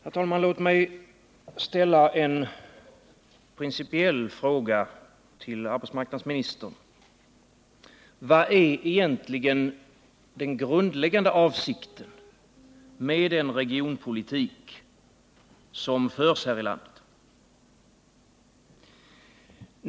Herr talman! Låt mig ställa en principiell fråga till arbetsmarknadsministern: Vilken är egentligen den grundläggande avsikten med den regionalpolitik som förs här i landet?